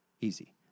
Easy